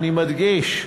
אני מדגיש,